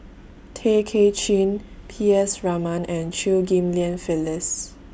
Tay Kay Chin P S Raman and Chew Ghim Lian Phyllis